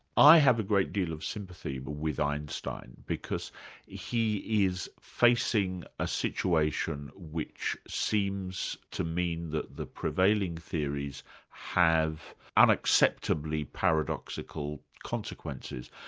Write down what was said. i have a great deal of sympathy but with einstein because he is facing a situation which seems to mean that the prevailing theories have unacceptably paradoxical consequences,